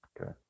Okay